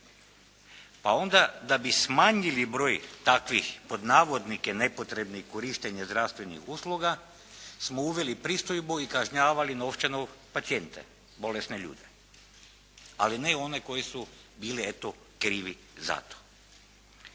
Pa onda da bi smanjili broj takvih pod navodnike nepotrebnih korištenja zdravstvenih usluga smo uveli pristojbu i kažnjavali novčano pacijente, bolesne ljude. Ali ne one koji su bili eto, krivi za to.